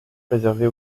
réservée